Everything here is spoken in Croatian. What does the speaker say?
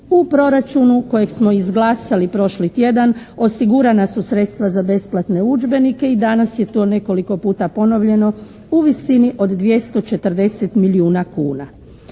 U proračunu koji smo izglasali prošli tjedan osigurana su sredstva za besplatne udžbenike i danas je to nekoliko puta ponovljeno u visini od 240 milijuna kuna.